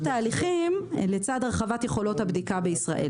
תהליכים לצד הרחבת יכולות הבדיקה בישראל.